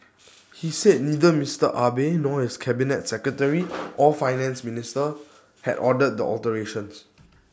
he said neither Mister Abe nor his cabinet secretary or Finance Minister had ordered the alterations